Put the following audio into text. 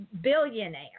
billionaire